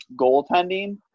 goaltending